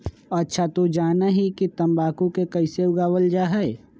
अच्छा तू जाना हीं कि तंबाकू के कैसे उगावल जा हई?